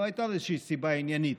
לא הייתה לזה איזושהי סיבה עניינית.